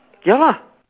ya lah